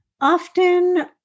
often